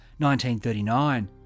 1939